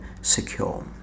secure